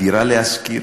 "דירה להשכיר",